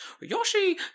Yoshi